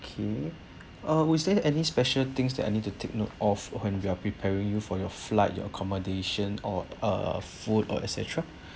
okay uh would there's any special things that I need to take note of when you are preparing you for your flight your accommodation or uh food or etcetera